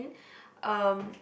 um